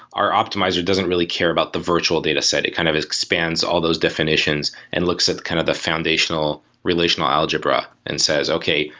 our optimizer doesn't really care about the virtual dataset. it kind of expands all those definitions and looks at kind of the foundational relational algebra and says, okay.